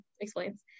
explains